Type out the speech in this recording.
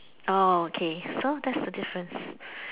oh okay so that's the difference